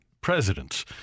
presidents